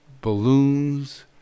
balloons